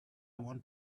want